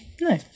No